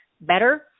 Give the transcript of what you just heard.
better